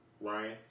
Ryan